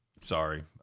sorry